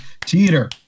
Teeter